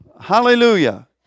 Hallelujah